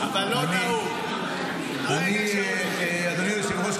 אדוני היושב-ראש,